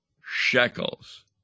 shekels